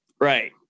Right